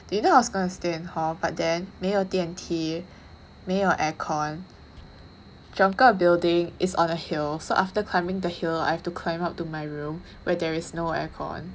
do you know I was gonna stay in hall but then 没有电梯没有 air con 整个 building is on a hill so after climbing the hill I have to climb up to my room where there is no air con